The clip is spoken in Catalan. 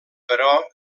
però